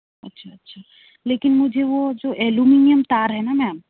अच्छा अच्छा लेकिन मुझे वो जो अल्युमिन्यॅम तार है ना मेम